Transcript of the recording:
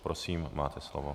Prosím, máte slovo.